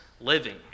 living